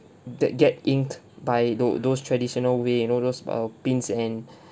that get inked by tho~ those traditional way you know those uh pins and